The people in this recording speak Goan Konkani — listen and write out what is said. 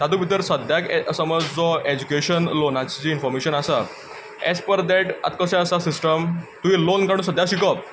तातूंत भितर सद्याक समज जो एज्युकेशन लोनाचें जें इन्फोर्मेशन आसा एज पर डेट आतां कशें आसा सिस्टम तुवें लोन काडून सद्या शिकप